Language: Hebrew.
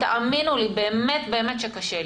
תאמינו לי, באמת באמת קשה לי.